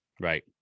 Right